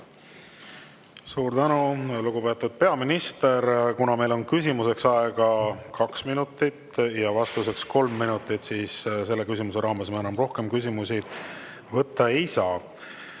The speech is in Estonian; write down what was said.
Suur tänu, lugupeetud peaminister! Kuna meil on küsimuseks aega kaks minutit ja vastuseks kolm minutit, siis selle küsimuse raames me enam rohkem küsimusi võtta ei saa.